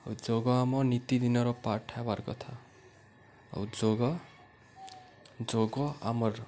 ଆଉ ଯୋଗ ଆମ ନୀତିଦିନର ପାଠ ହେବାର୍ କଥା ଆଉ ଯୋଗ ଯୋଗ ଆମର